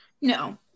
No